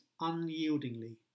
unyieldingly